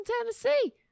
Tennessee